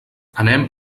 anem